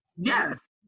Yes